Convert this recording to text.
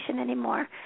anymore